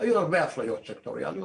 היו הרבה אפליות סקטוריאליות.